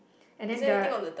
and then the